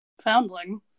Foundling